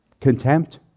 Contempt